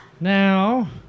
Now